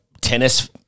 tennis